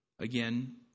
Again